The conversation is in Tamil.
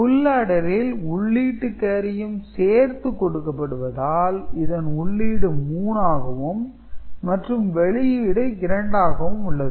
ஃபுல் ஆடரில் உள்ளீட்டுக் கேரியும் சேர்ந்து கொடுக்கப்படுவதால் இதன் உள்ளீடு 3 ஆகவும் மற்றும் வெளியீடு இரண்டாகவும் உள்ளது